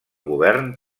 govern